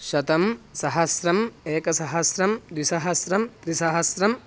शतं सहस्रम् एकसहस्रं द्विसहस्रं त्रिसहस्रम्